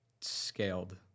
scaled